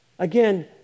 Again